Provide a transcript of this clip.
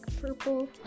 purple